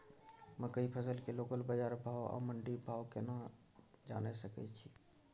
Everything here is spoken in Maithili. मकई फसल के लोकल बाजार भाव आ मंडी भाव केना जानय सकै छी?